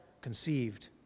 conceived